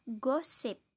gossip